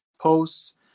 posts